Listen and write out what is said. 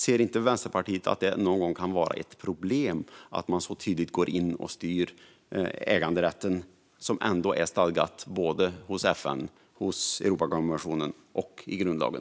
Ser inte Vänsterpartiet att det någon gång kan vara ett problem att man så tydligt går in och styr äganderätten, som stadgas av både FN, Europakonventionen och grundlagen?